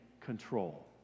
control